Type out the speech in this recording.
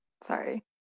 Sorry